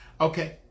Okay